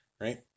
right